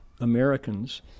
Americans